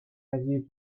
aviez